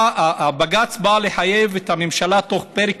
הבג"ץ בא לחייב את הממשלה להגיע בתוך פרק